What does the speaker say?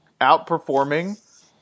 outperforming